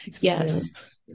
Yes